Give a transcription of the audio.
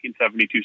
1972